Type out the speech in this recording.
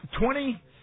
Twenty